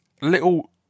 little